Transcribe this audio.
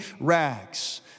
rags